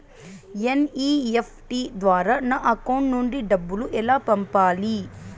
NEFT ద్వారా నా account నుండి డబ్బులు ఎలా పంపాలి